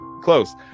close